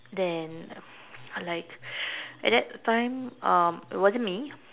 then uh like at that time um it wasn't me